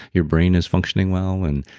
your brain is functioning well and